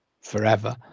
forever